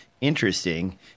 interesting